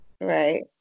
right